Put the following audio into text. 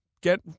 Get